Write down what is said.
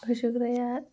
होसोग्राया